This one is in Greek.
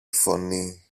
φωνή